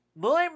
more